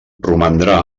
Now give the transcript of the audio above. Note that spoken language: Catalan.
romandrà